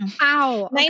Wow